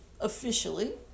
officially